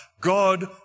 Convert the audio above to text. God